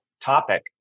topic